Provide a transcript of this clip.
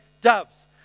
doves